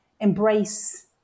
embrace